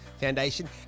Foundation